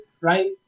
Right